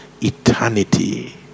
eternity